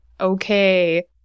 okay